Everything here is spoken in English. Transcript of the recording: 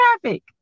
traffic